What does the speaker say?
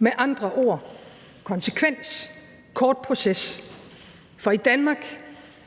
der være konsekvens, kort proces. For i Danmark